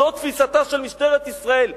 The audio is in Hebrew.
זו תפיסתה של משטרת ישראל,